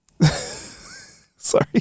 Sorry